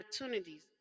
opportunities